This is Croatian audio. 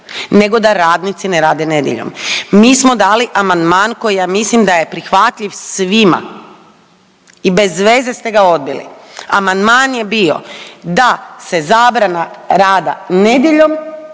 nego da radnici ne rade nedjeljom. Mi smo dali amandman koji ja mislim da je prihvatljiv svima i bezveze ste ga odbili. Amandman je bio da se zabrana rada nedjeljom